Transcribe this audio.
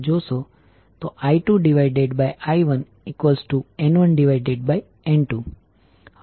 ચાલો હવે આપણે સર્કિટમાં I1અને I2ની વેલ્યુ ની ગણતરી માટે 1 ઉદાહરણ લઈએ